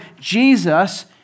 Jesus